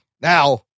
Now